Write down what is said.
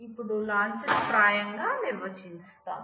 ఇప్పుడు లాంఛనప్రాయంగా గా నిర్వచిస్తాము